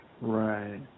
Right